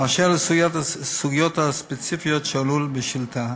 אשר לסוגיות הספציפיות שעלו בשאילתה: